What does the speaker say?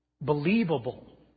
believable